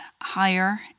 higher